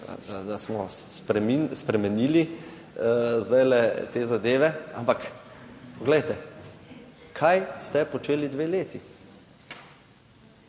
da smo spremenili zdaj te zadeve, ampak poglejte kaj ste počeli dve leti?